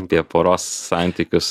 apie poros santykius